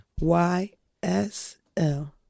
YSL